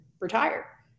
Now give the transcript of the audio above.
retire